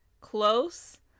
close